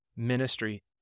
Ministry